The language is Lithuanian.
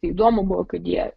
įdomu buvo kad jie